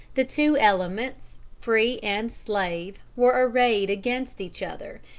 the two elements, free and slave, were arrayed against each other,